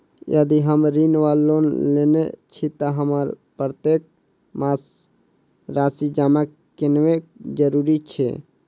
यदि हम ऋण वा लोन लेने छी तऽ हमरा प्रत्येक मास राशि जमा केनैय जरूरी छै?